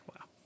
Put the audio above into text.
Wow